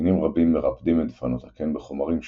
מינים רבים מרפדים את דפנות הקן בחומרים שונים,